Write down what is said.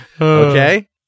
Okay